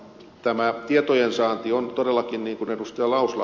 tämä tietojensaanti on todellakin niin kuin ed